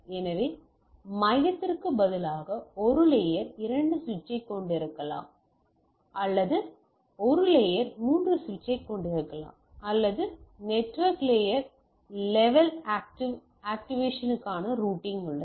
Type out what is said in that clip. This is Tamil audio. எனவே மையத்திற்கு பதிலாக ஒரு லேயர் இரண்டு சுவிட்சைக் கொண்டிருக்கலாம் அல்லது ஒரு லேயர் 3 சுவிட்சைக் கொண்டிருக்கலாம் அல்லது நெட்வொர்க் லேயர் லெவல் ஆக்டிவ் ஆக்டிவேஷனுக்கான ரூட்டிங் உள்ளது